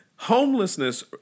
Homelessness